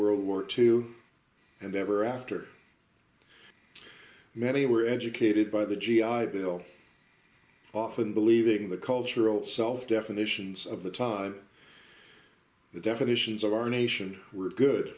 world war two and ever after many were educated ready by the g i bill often believing the cultural self definitions of the time the definitions of our nation were good